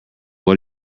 what